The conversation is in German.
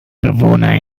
bewohner